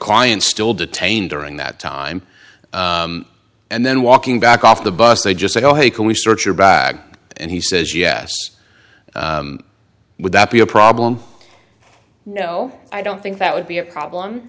client still detained during that time and then walking back off the bus they just say oh hey can we search your bag and he says yes would that be a problem no i don't think that would be a problem